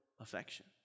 affection